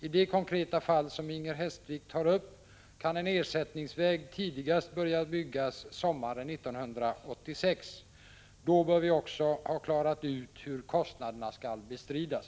I det konkreta fall som Inger Hestvik tar upp kan en ersättningsväg tidigast börja byggas sommaren 1986. Då bör vi också ha klarat ut hur kostnaderna skall bestridas.